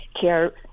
care